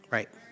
Right